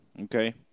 Okay